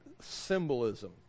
symbolism